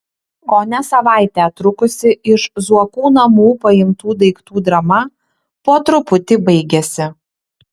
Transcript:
kone savaitę trukusi iš zuokų namų paimtų daiktų drama po truputį baigiasi